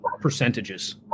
percentages